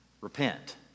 repent